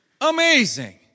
Amazing